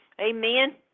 amen